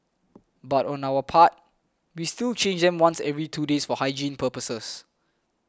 but on our part we still change them once every two days for hygiene purposes